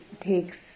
takes